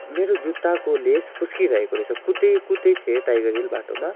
मेरो जुत्ताको लेस फुस्किरहेको रहेछ कुद्दै कद्दै थिएँ टाइगर हिल बाटोमा